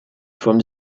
from